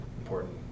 important